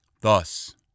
Thus